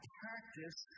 practice